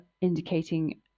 indicating